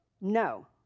No